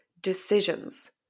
decisions